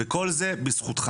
וכל זה בזכותך.